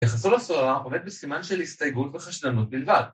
‫יחסול הסוהרה עומד בסימן ‫של הסתייגול וחשדנות בלבד.